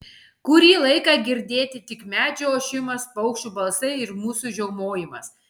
kurį laiką girdėti tik medžių ošimas paukščių balsai ir mūsų žiaumojimas